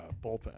bullpen